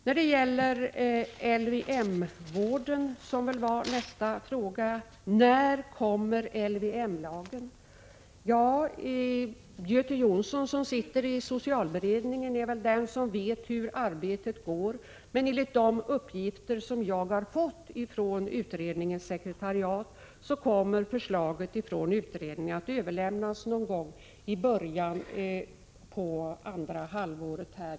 Gullan Lindblad frågade också när en ändring av LVM kommer. Göte Jonsson, som sitter i socialberedningen, är väl den som vet hur arbetet går, men enligt de uppgifter som jag har fått från utredningens sekretariat kommer förslaget från utredningen att överlämnas någon gång i början av andra halvåret.